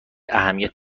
اهمیت